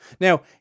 Now